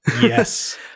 Yes